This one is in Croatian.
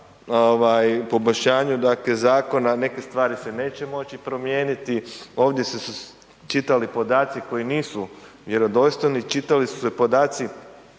poboljšanju dakle zakona, neke stvari se neće moći promijeniti, ovdje su se čitali podaci koji nisu vjerodostojni, čitali su se podaci